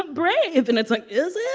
ah brave. and it's like, is it?